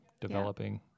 developing